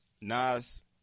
Nas